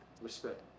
respect